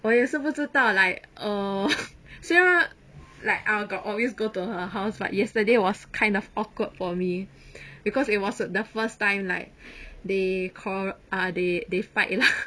我也是不知道 like err 虽然 like I got always go to her house but yesterday was kind of awkward for me because it was the first time like they quarrel ah they they fight lah